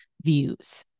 views